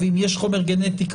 ואם יש חומר גנטי,